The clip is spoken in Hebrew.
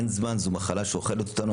אין זמן, זו מחלה שאוכלת אותנו.